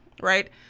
right